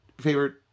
favorite